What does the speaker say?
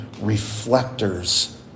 reflectors